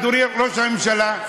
אדוני ראש הממשלה,